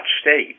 state